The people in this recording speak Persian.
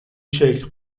شکل